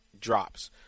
drops